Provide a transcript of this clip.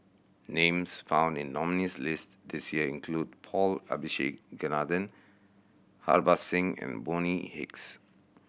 names found in the nominees' list this year include Paul Abisheganaden Harbans Singh and Bonny Hicks